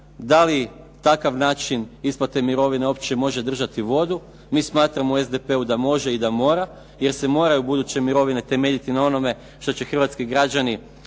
da li takav način isplate mirovina uopće može držati vodu. Mi smatramo u SDP-u da može i da mora, jer se moraju buduće mirovine temeljiti na onome što će hrvatski građani